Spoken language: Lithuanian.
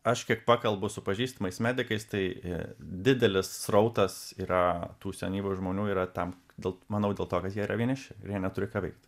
aš kiek pakalbu su pažįstamais medikais tai didelis srautas yra tų senyvų žmonių yra tam daug manau dėl to kad jie yra vieniši ir jie neturi ką veikti